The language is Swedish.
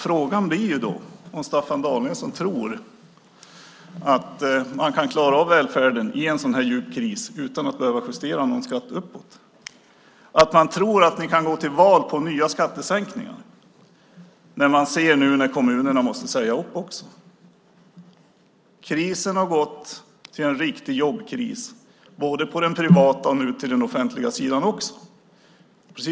Frågan blir därför om Staffan Danielsson tror att man i en så här djup kris kan klara välfärden utan att behöva justera någon skatt uppåt och om han tror att ni kan gå till val på nya skattesänkningar nu när man ser att kommunerna också måste säga upp folk. Krisen har övergått till en riktig jobbkris, först på den privata sidan och nu också på den offentliga sidan.